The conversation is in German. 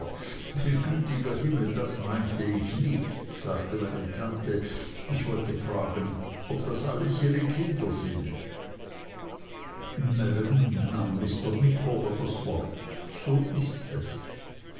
gütiger himmel das meinte ich nicht sagte meine tante ich wollte fragen ob das alles ihre kinder sind maam nahm mr micawber das wort so ist es